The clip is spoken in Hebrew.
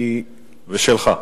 ושלך.